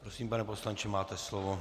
Prosím, pane poslanče, máte slovo.